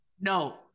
No